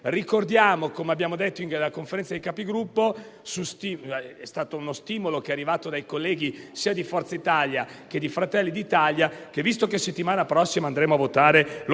Ricordiamo, come abbiamo detto in Conferenza dei Capigruppo su stimolo arrivato dai colleghi di Forza Italia e di Fratelli d'Italia, che, visto che la settimana prossima andremo a votare lo